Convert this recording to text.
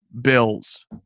Bills